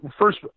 first